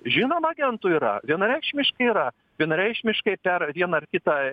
žinoma agentų yra vienareikšmiškai yra vienareikšmiškai per vieną ar kitą